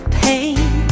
pain